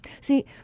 See